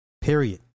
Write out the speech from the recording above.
Period